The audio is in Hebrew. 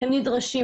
הם נדרשים,